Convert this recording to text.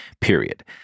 period